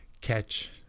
catch